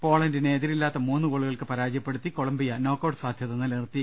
പോളണ്ടിനെ എതിരി ല്ലാത്ത മൂന്നു ഗോളുകൾക്ക് പരാജയപ്പെടുത്തി കൊളംബിയ നോക്കൌട്ട് സാധ്യത നിലനിർത്തി